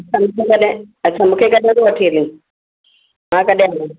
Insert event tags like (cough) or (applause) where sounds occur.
(unintelligible) कॾहिं अच्छा मूंखे कॾहिं थो वठी हलीं मां कॾहिं हलां